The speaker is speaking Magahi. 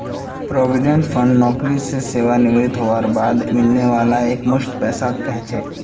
प्रोविडेंट फण्ड नौकरी स सेवानृवित हबार बाद मिलने वाला एकमुश्त पैसाक कह छेक